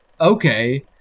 Okay